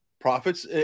profits